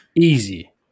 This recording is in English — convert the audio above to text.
easy